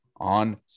on